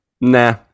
Nah